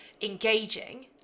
engaging